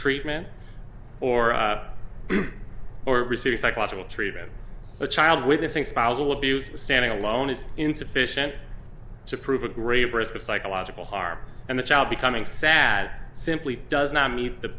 treatment or or receiving psychological treatment a child witnessing spousal abuse standing alone is insufficient to prove a grave risk of psychological harm and the child becoming sad simply does not meet the